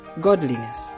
godliness